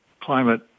climate